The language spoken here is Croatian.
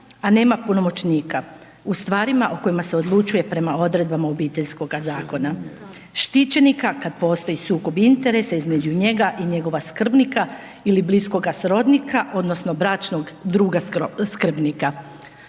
a nema punomoćnika u stvarima o kojima se odlučuje prema odredbama Obiteljskoga zakona štićenika kada postoji sukob interesa između njega i njegova skrbnika ili bliskoga srodnika odnosno bračnog druga skrbnika